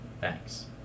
Thanks